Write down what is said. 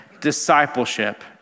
Discipleship